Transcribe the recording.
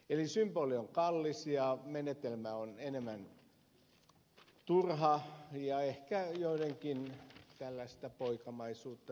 eli symboli on kallis ja menetelmä on enemmän turha ja ehkä joidenkin tällaista poikamaisuutta tai muuta vahvistaa